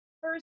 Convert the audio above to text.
first